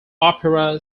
opera